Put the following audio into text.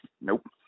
Nope